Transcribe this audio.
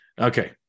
okay